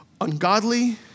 ungodly